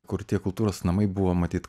kur tie kultūros namai buvo matyt